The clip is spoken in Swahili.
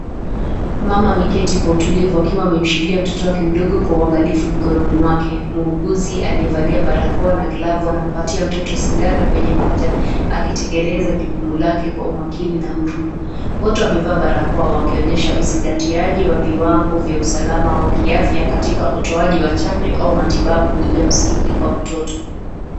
Mama ameketi kwa utulivu akiwa amemshikilia mtoto wake kwa uangalifu mkononi mwake. Muuguzi aliyevalia barakoa na glavu anampatia mtoto sindano kwenye paja akitekeleza jukumu lake kwa umakini na huruma .Wote wamevaa barakoa wakionyesha uzingatiaji wa viwango vya usalama wa kiafya katika utoaji wa chanjo au matibabu ya msingi kwa mtoto.